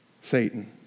Satan